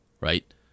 right